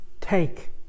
Take